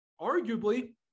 Arguably